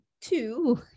two